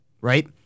right